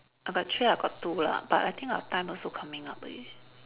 but actually I got two lah but I think our time also coming up already